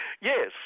Yes